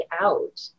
out